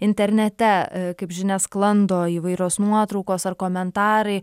internete kaip žinia sklando įvairios nuotraukos ar komentarai